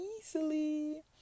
easily